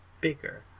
bigger